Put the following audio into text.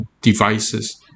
devices